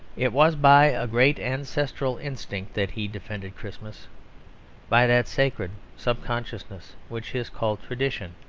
it was by a great ancestral instinct that he defended christmas by that sacred sub-consciousness which is called tradition,